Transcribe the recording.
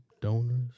donors